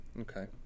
Okay